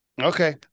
okay